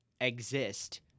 exist